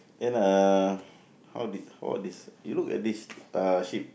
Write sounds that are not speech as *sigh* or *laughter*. then uh *breath* how did how this you look at this uh sheep